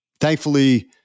thankfully